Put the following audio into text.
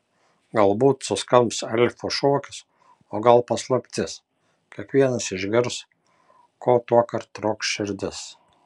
galbūt suskambs elfų šokis o gal paslaptis kiekvienas išgirs ko tuokart trokš širdis